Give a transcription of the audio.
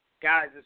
guys